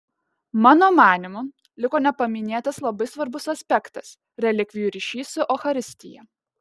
mano manymu liko nepaminėtas labai svarbus aspektas relikvijų ryšys su eucharistija